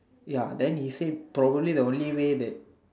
ya then he say probably the only way that